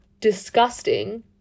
disgusting